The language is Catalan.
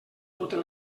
totes